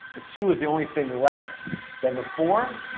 ah two is the only thing less than the four,